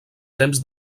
temps